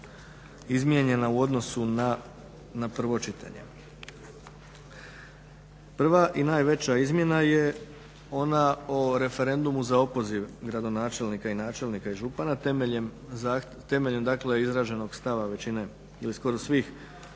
izmijenjena u odnosu na prvo čitanje. Prva i najveća izmjena je ona o referendumu za opoziv gradonačelnika, načelnika i župana. Temeljem dakle izraženog stava većine ili skoro svih